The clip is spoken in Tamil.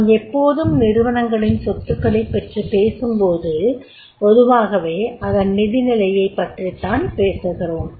நாம் எப்போதும் நிறுவனங்களின் சொத்துக்களைப் பற்றிப் பேசும்போது பொதுவாகவே அதன் நிதித் நிலையைப் பற்றித் தான் பேசுகிறோம்